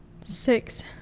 six